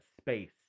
space